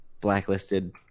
blacklisted